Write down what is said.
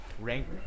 rank